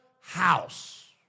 house